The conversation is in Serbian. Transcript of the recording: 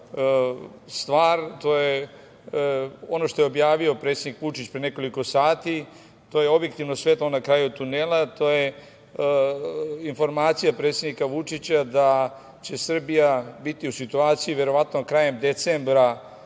to je ono što je objavio predsednik Vučić pre nekoliko sati, što je objektivno svetlo na kraju tunela – informacija predsednika Vučića da će Srbija biti u situaciji verovatno krajem decembra